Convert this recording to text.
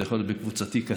זה יכול להיות בקבוצה קטנה.